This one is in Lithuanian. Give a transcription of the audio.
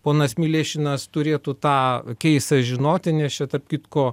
ponas milėšinas turėtų tą keisą žinoti nes čia tarp kitko